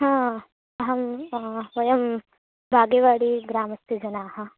हा अहं वयं बागेवाडी ग्रामस्य जनाः